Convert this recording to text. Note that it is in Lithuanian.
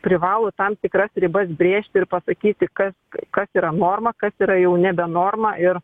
privalo tam tikras ribas brėžti ir pasakyti kas kas yra norma kas yra jau nebe norma ir